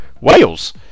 Wales